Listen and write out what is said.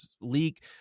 leak